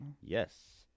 Yes